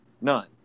None